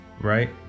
right